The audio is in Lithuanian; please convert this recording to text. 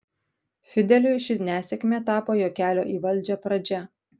fideliui ši nesėkmė tapo jo kelio į valdžią pradžia